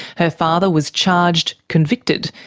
her father was charged, convicted,